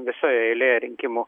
visa eilė rinkimų